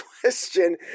question